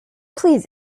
please